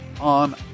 On